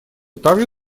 также